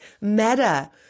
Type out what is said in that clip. Meta